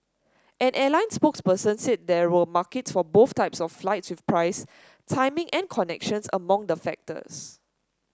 an airline spokes person said there were markets for both types of flights with price timing and connections among the factors